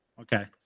Okay